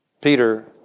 Peter